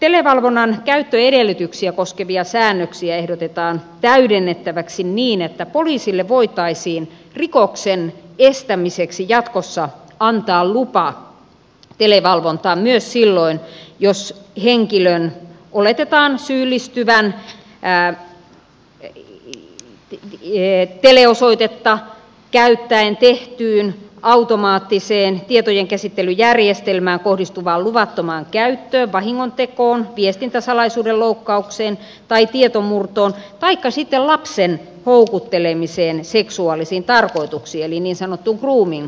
näitä televalvonnan käyttöedellytyksiä koskevia säännöksiä ehdotetaan täydennettäväksi niin että poliisille voitaisiin rikoksen estämiseksi jatkossa antaa lupa televalvontaan myös silloin jos henkilön oletetaan syyllistyvän teleosoitetta käyttäen tehtyyn automaattiseen tietojenkäsittelyjärjestelmään kohdistuvaan luvattomaan käyttöön vahingontekoon viestintäsalaisuuden loukkaukseen tai tietomurtoon taikka sitten lapsen houkuttelemiseen seksuaalisiin tarkoituksiin eli niin sanottuun grooming rikollisuuteen